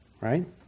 right